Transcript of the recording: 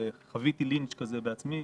חוויתי לינץ' כזה בעצמי,